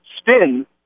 spin